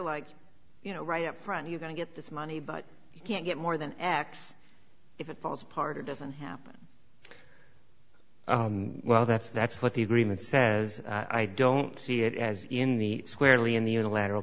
like you know right up front you're going to get this money but you can't get more than x if it falls apart or doesn't happen well that's that's what the agreement says i don't see it as in the squarely in the unilateral